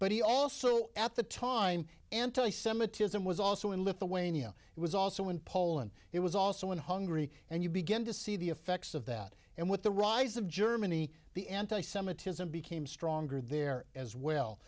but he also at the time anti semitism was also in lithuania it was also in poland it was also in hungary and you begin to see the effects of that and with the rise of germany the anti semitism became stronger there as well